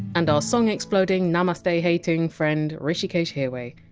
and our song exploding, namaste-hating friend hrishikesh hirway.